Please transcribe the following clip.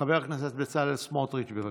חבר הכנסת בצלאל סמוטריץ', בבקשה.